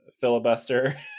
filibuster